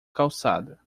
calçada